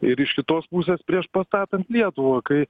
ir iš kitos pusės prieš pastatant lietuvą kai